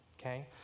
okay